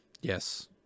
Yes